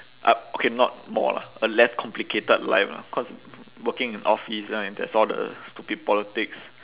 up okay not more lah a less complicated life lah cause w~ working in office there's all the stupid politics